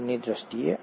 ભૂગોળની દ્રષ્ટિએ